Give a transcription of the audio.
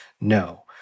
No